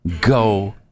go